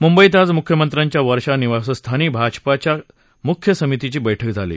मुंबईत आज मुख्यमंत्र्यांच्या वर्षा निवासस्थानी भाजपाच्या समितीची बर्क्क झाली